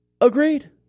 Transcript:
Agreed